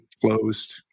closed